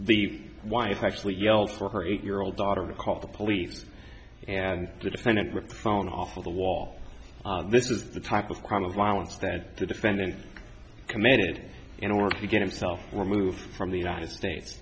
the wife actually yelled for her eight year old daughter called the police and the defendant ripped phone off of the wall this is the type of crime of violence that the defendant committed in order to get himself removed from the united states